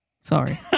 Sorry